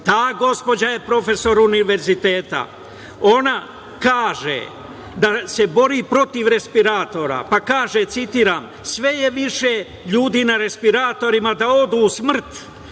Ta gospođa je profesor univerziteta. Ona kaže da se bori protiv respiratora, pa kaže, citiram: „Sve je više ljudi na respiratorima, da odu u smrt.